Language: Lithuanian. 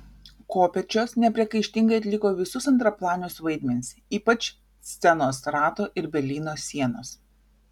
kopėčios nepriekaištingai atliko visus antraplanius vaidmenis ypač scenos rato ir berlyno sienos